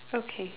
okay